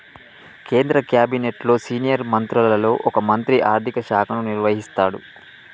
కేంద్ర క్యాబినెట్లో సీనియర్ మంత్రులలో ఒక మంత్రి ఆర్థిక శాఖను నిర్వహిస్తాడు